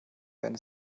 werden